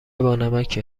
بانمکیه